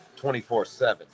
24-7